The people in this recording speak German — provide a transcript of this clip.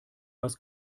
was